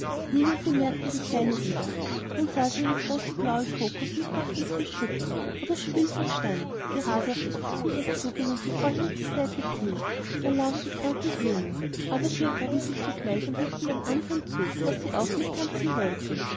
niemand bemerkte die kleine ida nun sah sie eine große blaue crocus mitten auf den tisch hüpfen wo das spielzeug stand gerade auf das puppenbett zugehen und die vorhänge zur seite ziehen da lagen die kranken blumen aber sie erhoben sich sogleich und nickten den andern zu daß sie auch mittanzen wollten